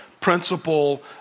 principle